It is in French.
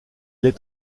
est